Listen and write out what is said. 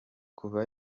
kuva